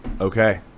okay